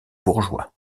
bourgeois